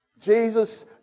Jesus